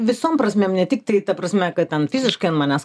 visom prasmėm ne tik tai ta prasme kad ten fiziškai ant manęs